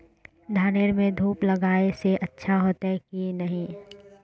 धानेर में धूप लगाए से अच्छा होते की नहीं?